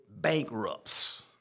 bankrupts